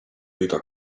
liter